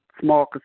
small